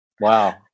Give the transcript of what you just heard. Wow